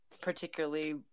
particularly